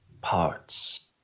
parts